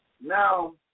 Now